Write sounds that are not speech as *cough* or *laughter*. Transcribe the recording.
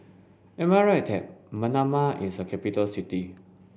am I right *unintelligible* Manama is a capital city